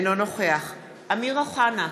אינו נוכח אמיר אוחנה,